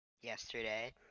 yesterday